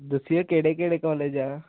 ਦੱਸਿਓ ਕਿਹੜੇ ਕਿਹੜੇ ਕਾਲਜ ਆ